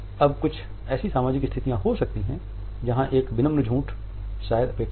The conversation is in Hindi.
अब कुछ ऐसी सामाजिक स्थितियाँ हो सकती हैं जहाँ एक विनम्र झूठ शायद अपेक्षित हो